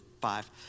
five